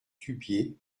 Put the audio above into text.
dubié